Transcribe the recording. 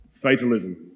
fatalism